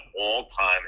all-time